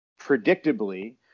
predictably